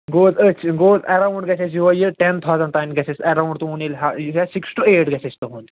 گوٚو حظ أتھۍ سۭتۍ گوٚو حظ اٮ۪روُنٛڈ گَژھِ اَسہِ یِہوے یہِ ٹٮ۪ن تھاوزنٛٹ تانۍ گَژھِ اَسہِ اٮ۪روُنٛڈ تُہنٛد ییٚلہِ ہا یہِ گَژھِ سکِس ٹُو ایٹ گَژھِ اَسہِ تُہنٛد